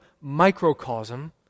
microcosm